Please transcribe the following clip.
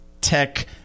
tech